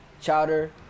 chowder